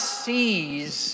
sees